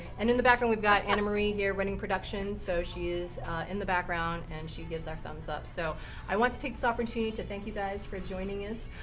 and in the background, we've got anna marie here running production, so she is in the background, and she gives our thumbs up. so i want to take this opportunity to thank you guys for joining us.